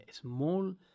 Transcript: small